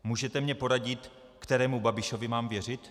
Můžete mně poradit, kterému Babišovi mám věřit?